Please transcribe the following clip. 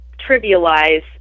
trivialize